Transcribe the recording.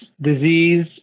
disease